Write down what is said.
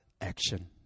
action